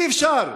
אי-אפשר.